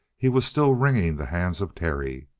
he was still wringing the hands of terry.